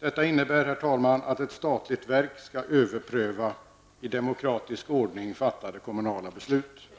Detta innebär, herr talman, att ett statligt verk skall överpröva i demokratisk ordning fattade kommunala beslut.